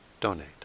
donate